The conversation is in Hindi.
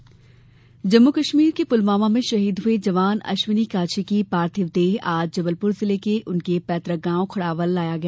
पुलवामा शहीद जम्मू कश्मीर के पुलवामा में शहीद हुए जवान अश्विनी काछी की पार्थिव देह आज जबलपुर जिले के उनके पैतृक गॉव खुड्डावल लाया गया